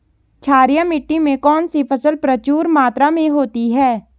क्षारीय मिट्टी में कौन सी फसल प्रचुर मात्रा में होती है?